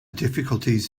difficulties